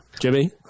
Jimmy